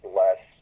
less